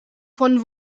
von